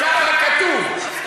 ככה כתוב.